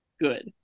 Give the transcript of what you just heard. good